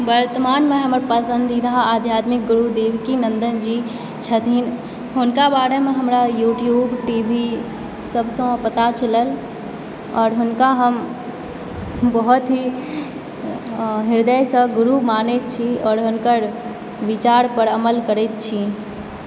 वर्तमानमे हमर पसन्दीदा आध्यात्मिक गुरु देवकी नन्दन जी छथिन हुनका बारेमे हमरा यूट्यूब टी वी सब सॅं पता चलल आओर हुनका हम बहुत ही हृदय सॅं गुरु मानै छी आओर हुनकर विचार पर अमल करैत छी